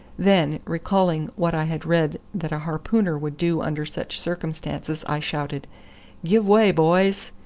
then, recalling what i had read that a harpooner would do under such circumstances, i shouted give way, boys!